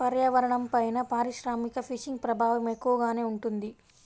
పర్యావరణంపైన పారిశ్రామిక ఫిషింగ్ ప్రభావం ఎక్కువగానే ఉంటుంది